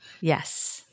yes